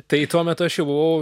tai tuo metu aš jau buvau